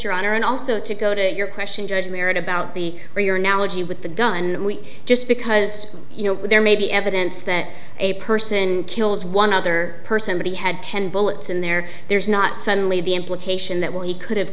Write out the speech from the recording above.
your honor and also to go to your question judge merit about the way your analogy with the gun we just because you know there may be evidence that a person kills one other person but he had ten bullets in there there's not suddenly the implication that well he could